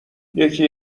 یکی